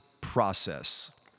process